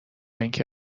اینکه